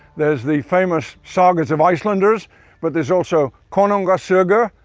there's the famous sagas of ah icenlanders, but there's also konungasogur,